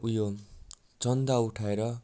उयो चन्दा उठाएर